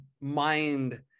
mind